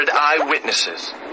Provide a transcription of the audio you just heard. eyewitnesses